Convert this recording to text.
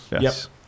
Yes